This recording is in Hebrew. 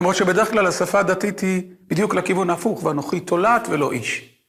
‫למרות שבדרך כלל השפה הדתית ‫היא בדיוק לכיוון הפוך, ‫"ואנוכי תולעת ולא איש".